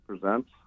Presents